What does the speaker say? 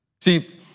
See